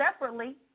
separately